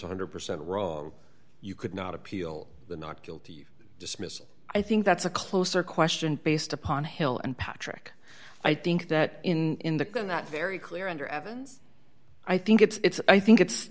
one hundred percent wrong you could not appeal the not guilty dismissal i think that's a closer question based upon a hill and patrick i think that in the not very clear under evans i think it's i think